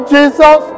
Jesus